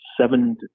seven